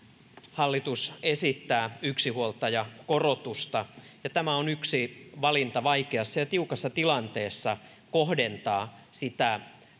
hallitus esittää yksinhuoltajakorotusta ja tämä on yksi valinta vaikeassa ja tiukassa tilanteessa kohdentaa sitä